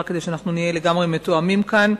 רק כדי שאנחנו נהיה לגמרי מתואמים כאן.